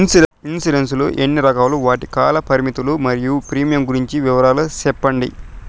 Insurance లు ఎన్ని రకాలు? వాటి కాల పరిమితులు మరియు ప్రీమియం గురించి వివరాలు సెప్పండి?